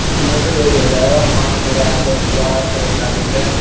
اِس میں تو یہی ہو جائے گا پانچ ہزار دس ہزار سے اسٹارٹنگ ہے